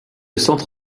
centre